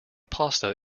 pasta